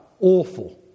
awful